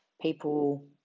people